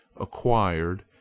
acquired